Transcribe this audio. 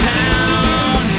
town